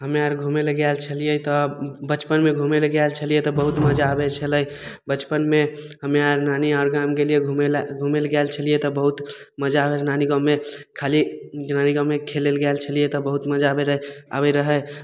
हम्मे आर घुमय लए गेल छलियै तऽ बचपनमे घुमय लए गेल छलियै तऽ बहुत मजा आबय छलै बचपनमे हम्मे आर नानी आर गाम गेलियै घुमय लए घुमय लए गेल छलियै तऽ बहुत मजा आबय नानी गाँवमे खाली नानी गाँवमे खेलय लए गेल छलियै तऽ बहुत मजा आबय रहय आबय रहय